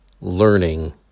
learning